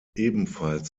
ebenfalls